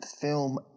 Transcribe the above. film